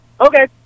Okay